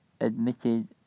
admitted